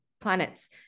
planets